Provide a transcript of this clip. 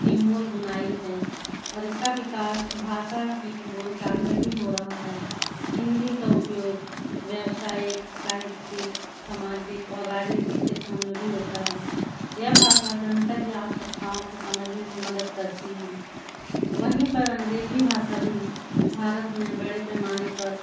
की मूल बुनाई है और इसका विकास भाषा की बोलचाल में भी हो रहा है हिंदी का उपयोग व्यावसायिक साहित्यिक सामाजिक और राजनीतिक क्षेत्रों में भी होता है यह भाषा जनता की आवश्यकताओं को समझने में मदद करती हैं वहीं पर अंग्रेजी भाषा भी भारत में बड़े पैमाने पर